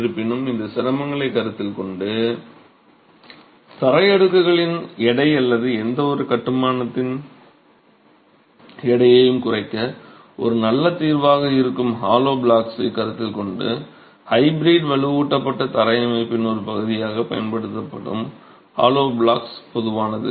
இருப்பினும் இந்த சிரமங்களைக் கருத்தில் கொண்டு தரை அடுக்குகளின் எடை அல்லது எந்தவொரு கட்டுமானத்தின் எடையையும் குறைக்கும் ஒரு நல்ல தீர்வாக இருக்கும் ஹாலோ பிளாக்ஸைக் கருத்தில் கொண்டு ஹைப்ரிட் வலுவூட்டப்பட்ட தரை அமைப்பின் ஒரு பகுதியாகப் பயன்படுத்தப்படும் ஹாலோ பிளாக்ஸ் பொதுவானது